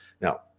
Now